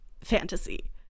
fantasy